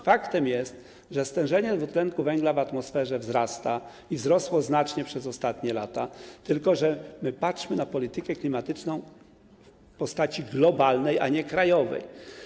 Faktem jest, że stężenie CO2 w atmosferze wzrasta i wzrosło znacznie przez ostatnie lata, tylko że my patrzmy na politykę klimatyczną w postaci globalnej, a nie krajowej.